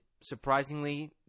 surprisingly